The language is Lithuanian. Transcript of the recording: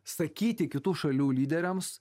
sakyti kitų šalių lyderiams